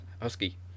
Husky